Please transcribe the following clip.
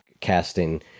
casting